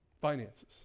finances